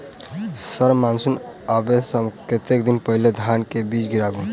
Sir monsoon आबै सऽ कतेक दिन पहिने धान केँ बीज गिराबू?